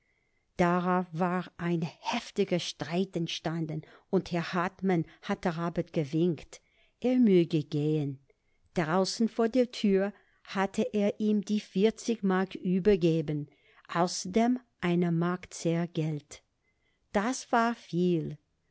darauf war ein heftiger streit entstanden und herr hartmann hatte robert gewinkt er möge gehen draußen vor der tür hatte er ihm die vierzig mark übergeben außerdem eine mark zehrgeld das war viel